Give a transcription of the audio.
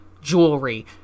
jewelry